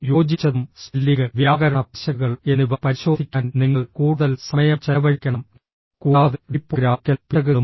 യോജിച്ചതും spelling വ്യാകരണ പിശകുകൾ എന്നിവ പരിശോധിക്കാൻ നിങ്ങൾ കൂടുതൽ സമയം ചെലവഴിക്കണം കൂടാതെ ടൈപ്പോഗ്രാഫിക്കൽ പിശകുകളും